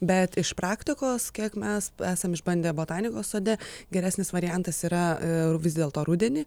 bet iš praktikos kiek mes esam išbandę botanikos sode geresnis variantas yra ir vis dėlto rudenį